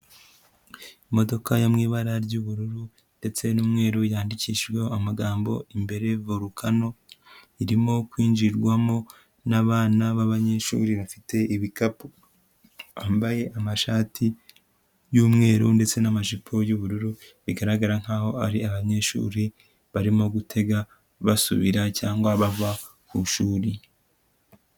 Imodoka yo mu ibara ry'ubururu ndetse n'umweru yandikishijweho amagambo imbere VOLCANO, irimo kwinjirwamo n'abana b'abanyeshuri bafite ibikapu bambaye amashati y'umweru ndetse n'amajipo y'ubururu. Bigaragara nkaho ari abanyeshuri barimo gutega basubira cyangwa bava ku ishuri